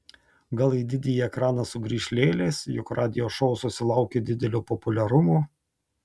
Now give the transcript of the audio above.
gal į didįjį ekraną sugrįš lėlės juk radio šou susilaukė didelio populiarumo